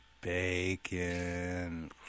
Bacon